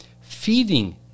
feeding